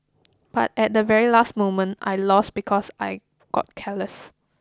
but at the very last moment I lost because I got careless